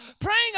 praying